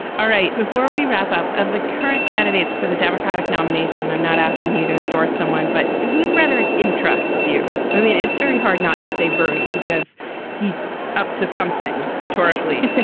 all right. before we wrap up of the current candidates for the democratic nomination, i'm not asking you to endorse someone, but whose rhetoric entrusts you. i mean, it's very hard not to say, bernie, because he's up to something rhetorically,